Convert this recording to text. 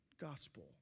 gospel